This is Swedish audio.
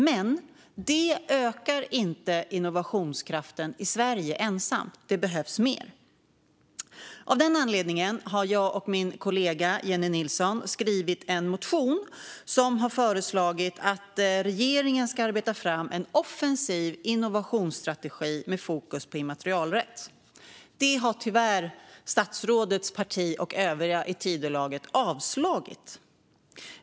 Men detta ensamt ökar inte innovationskraften i Sverige; det behövs mer. Av den anledningen har jag och min kollega Jennie Nilsson skrivit en motion där vi föreslår att regeringen ska arbeta fram en offensiv innovationsstrategi med fokus på immaterialrätt. Detta har statsrådets parti och övriga i Tidölaget tyvärr avslagit.